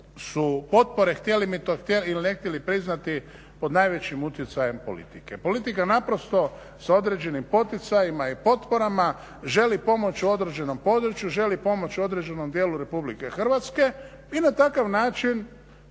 su potpore htjeli mi to ili ne htjeli priznati pod najvećim utjecajem politike. Politika naprosto s određenim poticajima i potporama želi pomoć u određenom području, želi pomoć određenom dijelu RH i na takav način